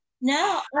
No